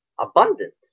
abundant